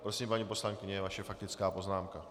Prosím, paní poslankyně, vaše faktická poznámka.